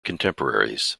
contemporaries